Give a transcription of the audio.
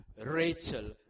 Rachel